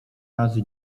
razy